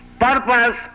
purpose